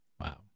Wow